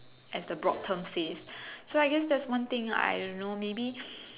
as the broad terms say so I guess that's one thing I don't know maybe